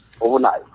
overnight